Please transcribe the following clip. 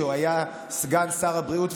שהיה סגן שר הבריאות,